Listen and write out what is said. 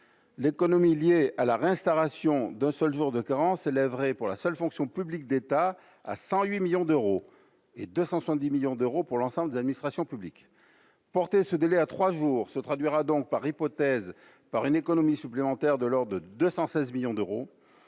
l'économie liée à la restauration d'un seul jour de carence élèverait pour la seule fonction publique d'État, à 108 millions d'euros et 270 millions d'euros pour l'ensemble des administrations publiques porter ce délai à 3 jours, se traduira donc par hypothèse, par une économie supplémentaire de l'or de 216 millions d'euros,